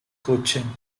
coaching